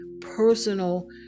personal